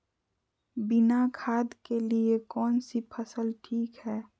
बिना खाद के लिए कौन सी फसल ठीक है?